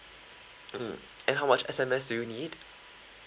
mm and how much S_M_S do you need